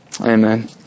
amen